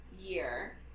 year